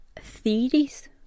theories